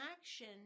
action